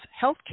healthcare